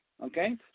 Okay